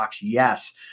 yes